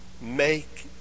make